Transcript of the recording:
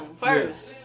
First